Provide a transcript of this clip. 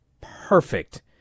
perfect